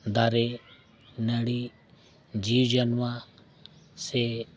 ᱫᱟᱨᱮᱼᱱᱟᱹᱲᱤ ᱡᱤᱣᱤ ᱡᱟᱱᱣᱟ ᱥᱮ